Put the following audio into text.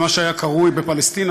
בפלשתינה,